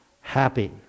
happy